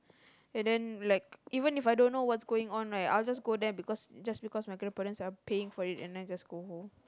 and then like even If I don't know what's going on right I'll just go there because just because my grandparents are paying for it and then I just go home